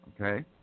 Okay